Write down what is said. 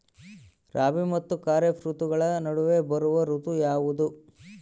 ರಾಬಿ ಮತ್ತು ಖಾರೇಫ್ ಋತುಗಳ ನಡುವೆ ಬರುವ ಋತು ಯಾವುದು?